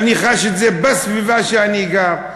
אני חש את זה בסביבה שאני גר,